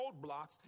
roadblocks